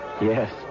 Yes